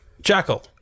Jackal